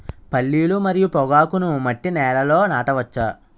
పల్లీలు మరియు పొగాకును మట్టి నేలల్లో నాట వచ్చా?